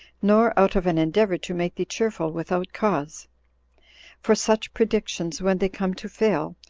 nor out of an endeavor to make thee cheerful without cause for such predictions, when they come to fail,